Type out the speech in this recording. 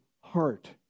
heart